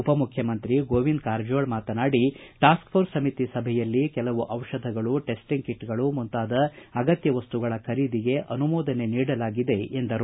ಉಪಮುಖ್ಯಮಂತ್ರಿ ಗೋವಿಂದ ಕಾರಜೋಳ ಮಾತನಾಡಿ task force ಸಮಿತಿ ಸಭೆಯಲ್ಲಿ ಕೆಲವು ದಿಷಧಗಳು ಟೆಸ್ಟಿಂಗ್ ಕಿಟ್ಗಳು ಮುಂತಾದ ಅಗತ್ಯ ವಸ್ತುಗಳ ಖರೀದಿಗೆ ಅನುಮೋದನೆ ನೀಡಲಾಗಿದೆ ಎಂದರು